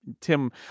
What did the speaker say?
tim